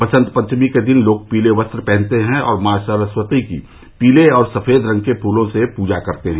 वसंत पंचमी के दिन लोग पीले वस्त्र पहनते हैं और मां सरस्वती की पीले और सफेद रंग के फूलों से पूजा करते हैं